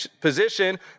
position